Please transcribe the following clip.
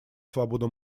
свобода